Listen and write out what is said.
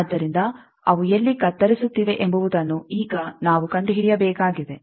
ಆದ್ದರಿಂದ ಅವು ಎಲ್ಲಿ ಕತ್ತರಿಸುತ್ತಿವೆ ಎಂಬುವುದನ್ನು ಈಗ ನಾವು ಕಂಡುಹಿಡಿಯಬೇಕಾಗಿದೆ